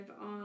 on